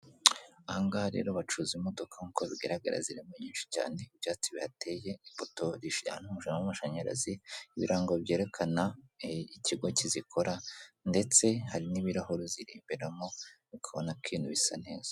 Ahangaha rero bacuruza imodoka nk'uko bigaragara zirimo nyinshi cyane ibyatsi biteye imbuto eshanu'umujara w'amashanyarazi ibirango byerekana ikigo kizikora ndetse hari n'ibirahuri zireberamo ukabona ikintu bisa neza.